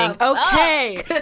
Okay